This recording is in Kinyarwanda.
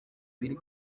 biri